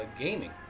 gaming